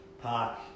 park